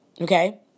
Okay